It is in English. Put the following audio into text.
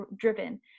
driven